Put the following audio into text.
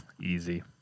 Easy